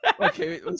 Okay